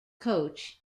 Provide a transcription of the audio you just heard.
coach